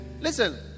listen